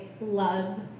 love